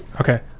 Okay